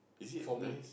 for me